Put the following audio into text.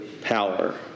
power